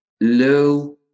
low